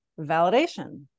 validation